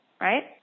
Right